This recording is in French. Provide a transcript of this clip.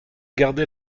gardez